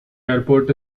airport